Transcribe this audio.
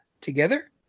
together